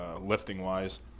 lifting-wise